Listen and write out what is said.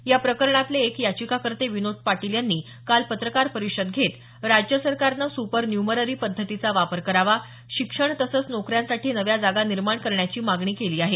या प्रकरणातले एक याचिकाकर्ते विनोद पाटील यांनी काल पत्रकार परिषद घेत राज्य सरकारने सुपर न्युमरी पद्धतीचा वापर करावा शिक्षण तसंच नोकऱ्यांसाठी नव्या जागा निर्माण करण्याची मागणी केली आहे